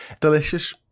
delicious